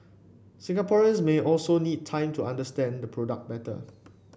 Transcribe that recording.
Singaporeans may also need time to understand the product better